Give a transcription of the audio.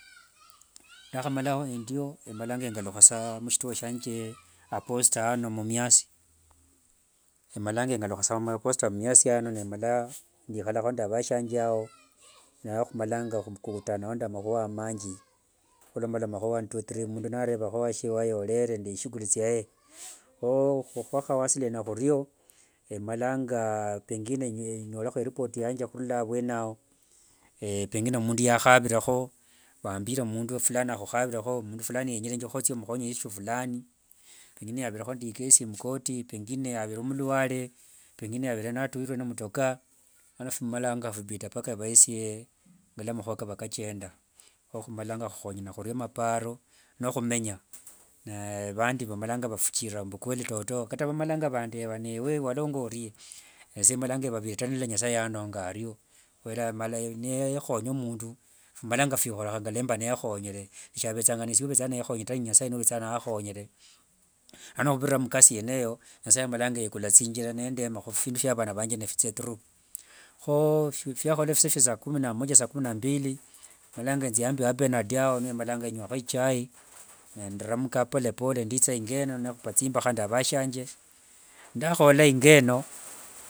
ndakhamala endio emalanga saa nengalukha mushituo shianje aposta ano mumias, emalanga saa ngalukha muposta ano mumias emalanga ndikhala nde vashiange ao nakhumalanga khukutana nde makhuwa manji khulomalomakho one two three, mundu narevakho washie wayorere nde tsishuguli thiaye kho khwakhawasiliana khurio, emalanga pengine nyolekho iripoti yange khurula avuene awo eeeehh pengine mundu akhavirekho, vambore mundu fulani akhukhavirekho mundu phulani yenyere omukhonyekho issue fulani pengine yaverekho nde ikesi mokoti, pengine yavere mulware, pengine yavere natuyirwe nemutoka mana phibidanga phayeresie shingalua makhuwa kava nikachenda kho khumalanga khukhonyana khurio maparo nikhumenya. Naye vandi vamalanga vafuchirira mbu kweli toto, kata vamalanga vandeva mbu ewe walongwa endie, nesie malanga nivavira taa nasaye yanonga ario khuvera nikhonya mundu, phimalanga phiekhorekha ngamba nimborera savethanga esye taa avethanga nyasaye uva nakhonyere, ano khuvirira mukasi yene eyo nasaye amalanga yekula thingira nendemakho phindu phia vana vange niphithia through, kho fyakhola fise fya sakumi na moja sakumi na mbili malanga ninzia wabenard awo nemalanga ninzia ninywakhoyo ichai, nenderemka polepole ninditha ingo eno nindupa thimbakha nde avashianje ndakhola ingo eno.